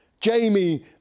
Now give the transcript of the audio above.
Jamie